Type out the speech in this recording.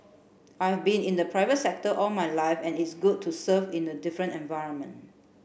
I've been in the private sector all my life and it's good to serve in a different environment